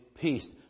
peace